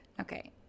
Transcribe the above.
Okay